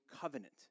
Covenant